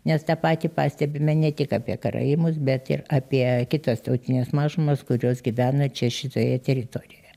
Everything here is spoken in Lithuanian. nes tą patį pastebime ne tik apie karaimus bet ir apie kitas tautines mažumas kurios gyvena čia šitoje teritorijoje